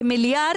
כמיליארד,